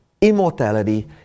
immortality